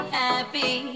happy